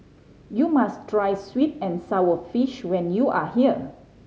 you must try sweet and sour fish when you are here